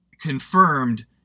Confirmed